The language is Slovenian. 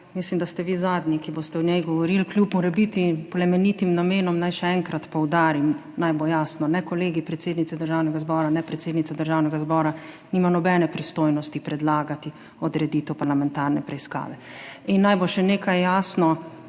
mislim, da ste vi zadnji, ki boste o njej govorili, kljub morebitnim plemenitim namenom. Naj še enkrat poudarim, naj bo jasno, ne Kolegij predsednice Državnega zbora ne predsednica Državnega zbora nima nobene pristojnosti predlagati odreditev parlamentarne preiskave. Naj bo še nekaj jasno,